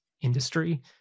industry